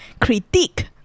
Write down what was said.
critique